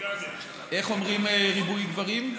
איך אומרים ריבוי גברים?